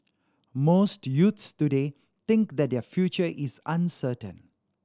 most youths today think that their future is uncertain